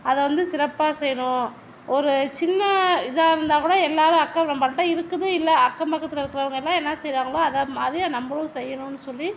அதை வந்து சிறப்பாக செய்யணும் ஒரு சின்ன இதாக இருந்தால் கூட எல்லாரும் அக்கம் நம்பள்கிட்ட இருக்குது இல்லை அக்கம்பக்கத்தில் இருக்கறவுங்க எல்லா என்ன செய்யறாங்களோ அதை மாதிரியே நம்பளும் செய்யணுன்னு சொல்லி